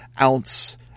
ounce